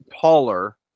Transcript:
taller